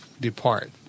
depart